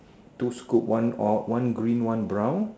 two scoop one all one green one brown